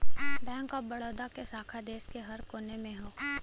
bank of Baroda क शाखा देश के हर कोने में हौ